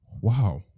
wow